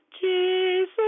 Jesus